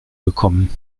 gekommen